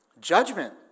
Judgment